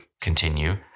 continue